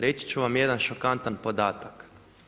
Reći ću vam jedan šokantan podatak.